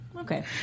okay